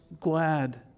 glad